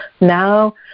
now